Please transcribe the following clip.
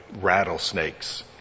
rattlesnakes